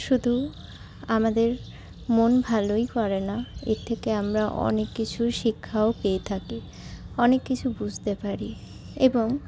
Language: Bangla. শুধু আমাদের মন ভালোই করে না এর থেকে আমরা অনেক কিছু শিক্ষাও পেয়ে থাকি অনেক কিছু বুঝতে পারি এবং